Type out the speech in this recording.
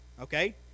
Okay